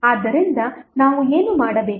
ಆದ್ದರಿಂದ ನಾವು ಏನು ಮಾಡಬೇಕು